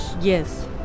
Yes